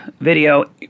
video